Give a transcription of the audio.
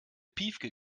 piefke